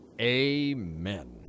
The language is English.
Amen